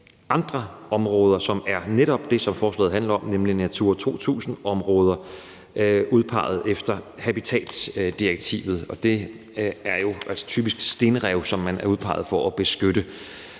andre områder, som netop er det, som forslaget handler om, nemlig Natura 2000-områder udpeget efter habitatdirektivet. Det er jo altså typisk stenrev, som man har udpeget for at beskytte.